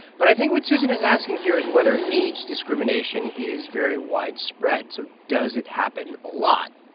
but i think what susan is asking here is whether age discrimination is very widespread. so does it happen a lot?